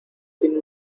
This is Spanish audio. tiene